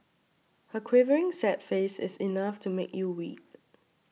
her quivering sad face is enough to make you weep